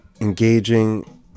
engaging